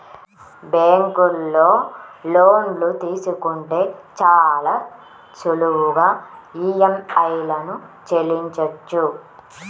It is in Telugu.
బ్యేంకులో లోన్లు తీసుకుంటే చాలా సులువుగా ఈఎంఐలను చెల్లించొచ్చు